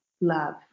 love